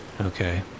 Okay